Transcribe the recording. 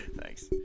Thanks